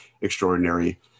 extraordinary